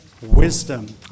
wisdom